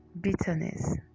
Bitterness